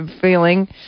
feeling